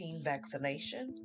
vaccination